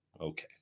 Okay